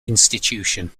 institution